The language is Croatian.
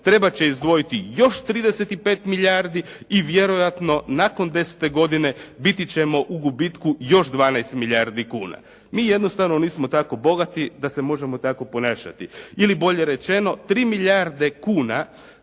trebat će izdvojiti još 35 milijardi i vjerojatno nakon desete godine biti ćemo u gubitku još 12 milijardi kuna. Mi jednostavno nismo tako bogati, da se možemo tako ponašati ili bolje rečeno, tri milijarde kuna